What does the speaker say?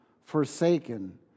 forsaken